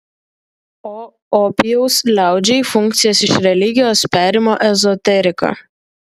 o opijaus liaudžiai funkcijas iš religijos perima ezoterika